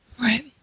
Right